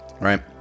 right